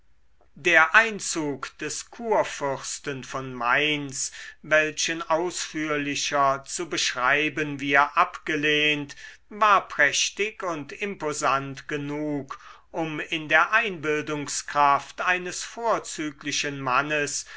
der einzug des kurfürsten von mainz welchen ausführlicher zu beschreiben wir abgelehnt war prächtig und imposant genug um in der einbildungskraft eines vorzüglichen mannes